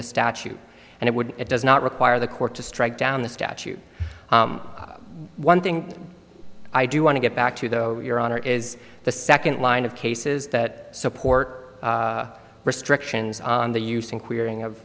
the statute and it would it does not require the court to strike down the statute one thing i do want to get back to though your honor is the second line of cases that support restrictions on the use and clearing of